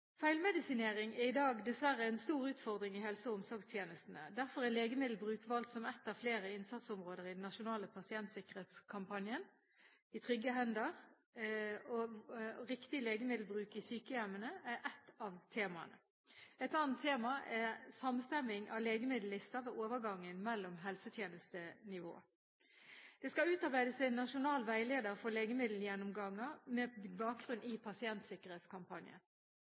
Feilmedisinering er i dag dessverre en stor utfordring i helse- og omsorgstjenestene. Derfor er legemiddelbruk valgt som ett av flere innsatsområder i den nasjonale pasientsikkerhetskampanjen «I trygge hender». Riktig legemiddelbruk i sykehjem er et av temaene. Et annet tema er samstemming av legemiddellister ved overgangen mellom helsetjenestenivåer. Det skal utarbeides en nasjonal veileder for legemiddelgjennomgangen med bakgrunn i pasientsikkerhetskampanjen.